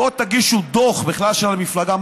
בואו ותגישו דוח בכלל של המפלגה,